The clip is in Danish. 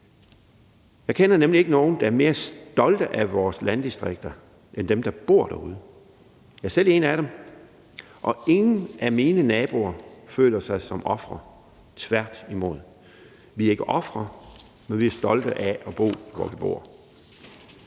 Jeg kender nemlig ikke nogen, der er mere stolte af vores landdistrikter end dem, der bor derude. Jeg er selv en af dem, og ingen af mine naboer føler sig som ofre, tværtimod. Vi er ikke ofre, men vi er stolte af at bo, hvor vi bor.